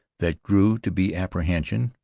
that grew to be apprehension,